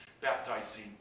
baptizing